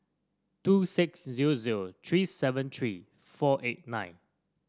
two six zero zero three seven three four eight nine